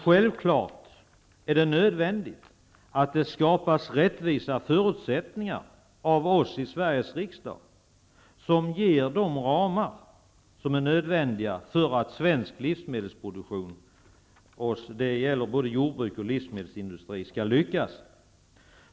Självfallet är det nödvändigt att vi i Sveriges riksdag skapar rättvisa förutsättningar som ger de ramar vilka är nödvändiga för att svensk livsmedelsproduktion -- det gäller både jordbruk och livsmedelsindustri -- skall lyckas.